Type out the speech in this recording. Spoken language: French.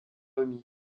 omis